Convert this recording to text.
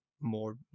more